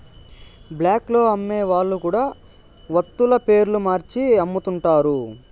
black లో అమ్మే వాళ్ళు కూడా వత్తుల పేర్లు మార్చి అమ్ముతుంటారు